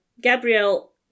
Gabrielle